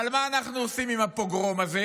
אבל מה אנחנו עושים עם הפוגרום הזה